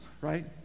right